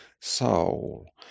soul